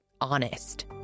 honest